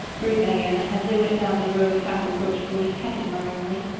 breathed diana as they went down the road half reproachfully, half admiringly.